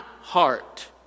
heart